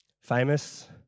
Famous